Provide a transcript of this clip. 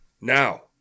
Now